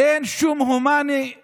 אין שום הומניות